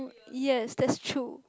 yes that's true